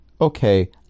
okay